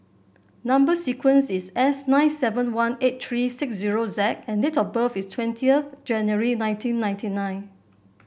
number sequence is S nine seven one eight three six zero Z and date of birth is twentieth January nineteen ninety nine